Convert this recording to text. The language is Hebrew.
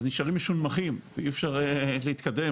אז נשארים נמוכים ואי אפשר להתקדם,